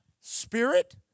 spirit